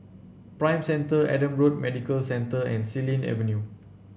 Prime Centre Adam Road Medical Centre and Xilin Avenue